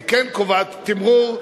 היא כן קובעת תִּמְרוּר,